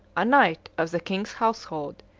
a knight of the king's household,